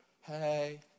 Hey